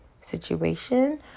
situation